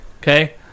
Okay